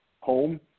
home